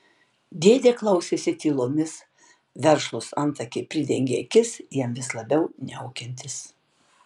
dėdė klausėsi tylomis vešlūs antakiai pridengė akis jam vis labiau niaukiantis